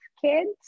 kids